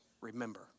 Remember